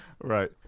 Right